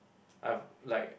I've like